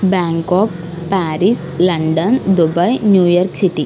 Bangkok Paris London Dubai New York city